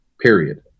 period